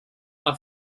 are